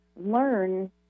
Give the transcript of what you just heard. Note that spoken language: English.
learn